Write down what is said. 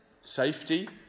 Safety